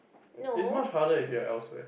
it's much harder if you are elsewhere